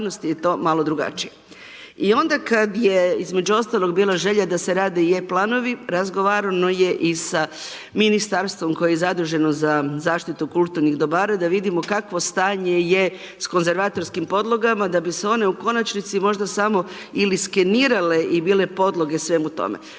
I onda kad je, između ostalog, bila želja da se rade i e planovi, razgovarano je i sa Ministarstvom koje je zaduženo za zaštitu kulturnih dobara, da vidimo kakvo stanje je s konzervatorskim podlogama da bi se one u konačnici možda samo ili skenirale i bile podloge svemu tome.